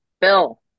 Bill